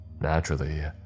Naturally